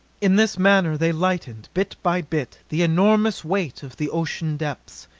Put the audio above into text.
in this manner they lightened, bit by bit, the enormous weight of the ocean depths.